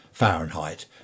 Fahrenheit